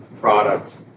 product